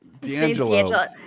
D'Angelo